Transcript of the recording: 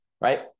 right